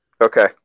Okay